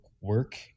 work